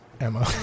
Emma